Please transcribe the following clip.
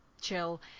chill